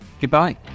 goodbye